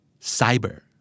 Cyber